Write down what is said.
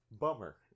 Bummer